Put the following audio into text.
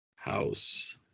house